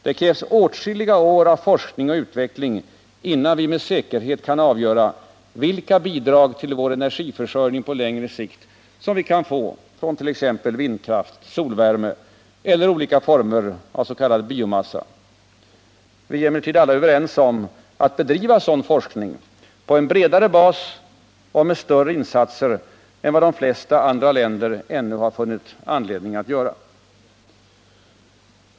Det krävs åtskilliga år av forskning och utveckling innan vi med säkerhet kan avgöra vilka bidrag till vår energiförsörjning på längre sikt som vi kan få från t.ex. vindkraft, solvärme eller olika former av s.k. biomassa. Vi är emellertid överens om att bedriva sådan forskning på en bredare bas och med större insatser än vad de flesta andra länder ännu funnit anledning att göra.